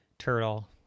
turtle